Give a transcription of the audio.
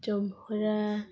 ଚମ୍ହରା